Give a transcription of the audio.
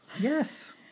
Yes